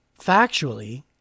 factually